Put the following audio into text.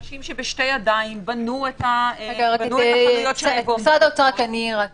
אנשים שבשתי ידיים בנו את החנויות שלהם